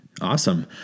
Awesome